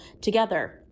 together